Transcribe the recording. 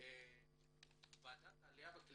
דבר נוסף, ועדת העלייה והקליטה